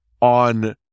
on